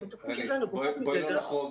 הם בטוחים שיש לנו גופות מתגלגלות ברחובות.